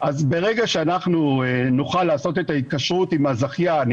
ברגע שנוכל לעשות את ההתקשרות עם הזכיין,